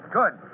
good